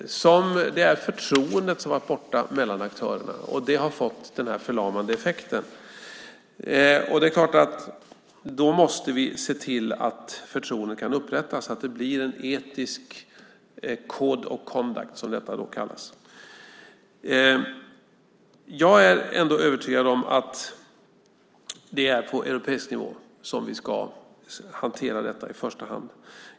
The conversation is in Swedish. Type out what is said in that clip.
Förtroendet mellan aktörerna är borta. Det har fått den här förlamande effekten. Vi måste se till att förtroendet kan återupprättas så att det blir en etisk code of conduct, som detta kallas. Jag är övertygad om att vi i första hand ska hantera detta på europeisk nivå.